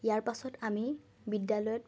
ইয়াৰ পাছত আমি বিদ্যালয়ত